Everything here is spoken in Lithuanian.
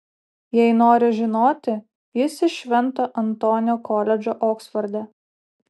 jei nori žinoti jis iš švento antonio koledžo oksforde